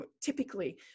typically